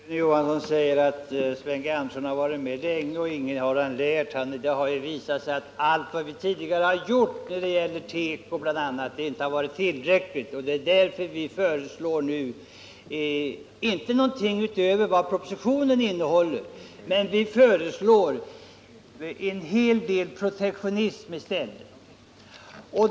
Herr talman! Rune Johansson i Ljungby säger att Sven G. Andersson varit med länge men ingenting lärt. Men det har ju visat sig att det vi tidigare gjort när det gäller bl.a. tekoindustrin inte varit tillräckligt. Därför föreslår vi nu visserligen ingenting utöver vad propositionen innehåller men en hel del protektionism i stället.